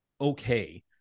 Okay